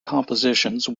compositions